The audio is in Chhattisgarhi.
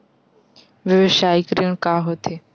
व्यवसायिक ऋण का होथे?